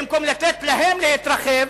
במקום לתת להם להתרחב,